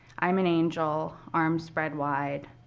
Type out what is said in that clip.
i'm an angel, arms spread wide,